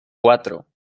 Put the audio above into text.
cuatro